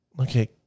Okay